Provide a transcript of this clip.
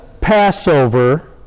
Passover